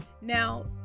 Now